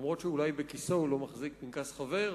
אף-על-פי שאולי בכיסו הוא לא מחזיק פנקס חבר,